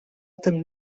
tym